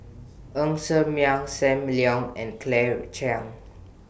Ng Ser Miang SAM Leong and Claire Chiang